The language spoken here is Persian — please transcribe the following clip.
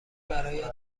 برایت